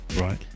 right